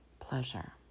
pleasure